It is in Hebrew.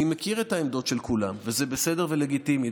אני מכיר את העמדות של כולם, וזה בסדר ולגיטימי.